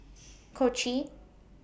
Kochi